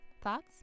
Thoughts